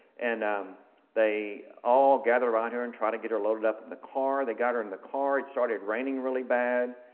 and um they all gathered around her and tried to get her loaded up in the car. they got her in the car. it started raining really bad.